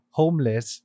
homeless